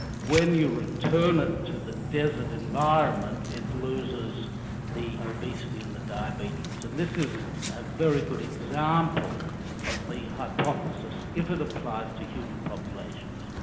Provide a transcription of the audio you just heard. when you return it to the desert environment it loses the obesity and the diabetes. and this is a very good example of the hypothesis if it applies to human populations.